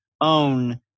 own